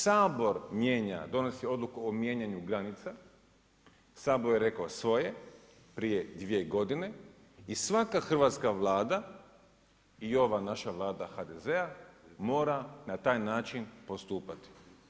Sabor mijenja, donosi odluku o mijenjanju granica, sabor je rekao svoje prije dvije godine, i svaka hrvatska Vlada i ova naša Vlada HDZ-a, mora na taj način postupati.